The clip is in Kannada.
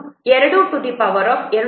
4 ಆಗಿದೆ ಮತ್ತು k ವ್ಯಾಲ್ಯೂ ಎಷ್ಟು